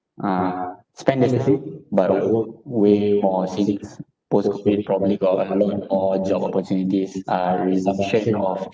ah spend the same but work way more since post COVID probably got a lot of job opportunities uh resumption of